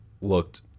looked